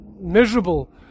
miserable